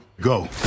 Go